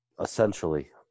Essentially